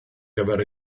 gyfer